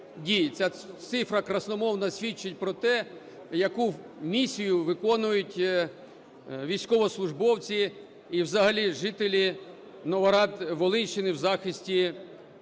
Ця цифра красномовно свідчить про те, яку місію виконують військовослужбовці і взагалі жителі Новоград-Волинщини в захисті